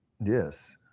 Yes